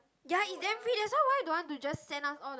ya it's damn free that's why don't want to just send us all the